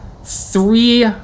three